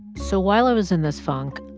so while i was in this funk,